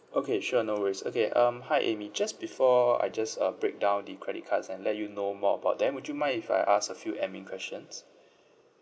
okay sure no worries okay um hi amy just before I just uh break down the credit cards and let you know more about them would you mind if I ask a few admin questions